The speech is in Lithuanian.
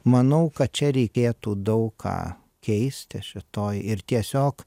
manau kad čia reikėtų daug ką keisti šitoj ir tiesiog